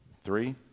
three